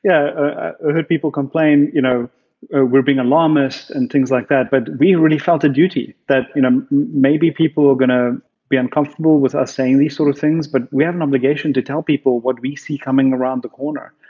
yeah ah heard people complain we you know ah were being alarmists and things like that. but we really felt a duty that you know maybe people are going to be uncomfortable with us saying these sort of things, wut but we have an obligation to tell people what we see coming around the corner.